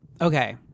okay